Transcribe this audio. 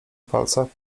palcach